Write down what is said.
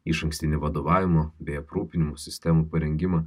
išankstinį vadovavimo bei aprūpinimų sistemų parengimą